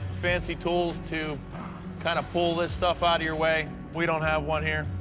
fancy tools to kind of pull this stuff out of your way. we don't have one here,